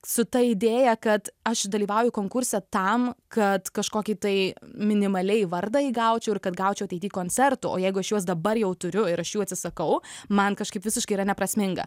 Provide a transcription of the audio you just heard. su ta idėja kad aš dalyvauju konkurse tam kad kažkokį tai minimaliai vardą įgaučiau ir kad gaučiau ateity koncertų o jeigu aš juos dabar jau turiu ir aš jų atsisakau man kažkaip visiškai yra neprasminga